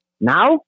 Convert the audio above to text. Now